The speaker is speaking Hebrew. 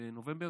בנובמבר